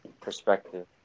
perspective